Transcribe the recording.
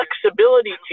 flexibility